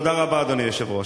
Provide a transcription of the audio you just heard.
תודה רבה, אדוני היושב-ראש.